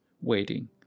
waiting